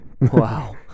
Wow